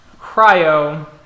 cryo